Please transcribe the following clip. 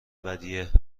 ودیعه